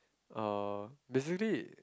uh basically